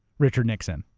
richard nixon.